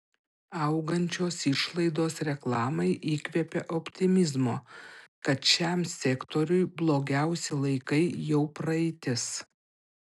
augančios išlaidos reklamai įkvepia optimizmo kad šiam sektoriui blogiausi laikai jau praeitis